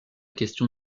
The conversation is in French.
question